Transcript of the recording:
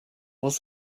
was